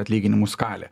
atlyginimų skalė